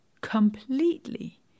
completely